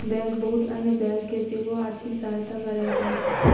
bank बहुत अन्य bank के सेहो आर्थिक सहायता करैत अछि